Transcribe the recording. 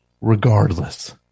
regardless